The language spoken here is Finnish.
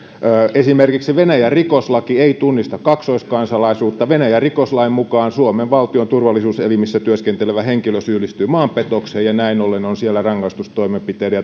esimerkiksi venäjän rikoslaki ei tunnista kaksoiskansalaisuutta venäjän rikoslain mukaan suomen valtion turvallisuuselimissä työskentelevä henkilö syyllistyy maanpetokseen ja näin ollen on siellä rangaistustoimenpiteiden